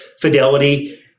Fidelity